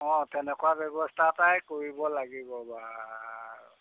অঁ তেনেকুৱা ব্যৱস্থা এটাই কৰিব লাগিব বাৰু